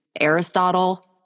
Aristotle